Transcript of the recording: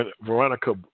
Veronica